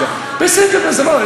למה בארבע?